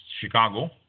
Chicago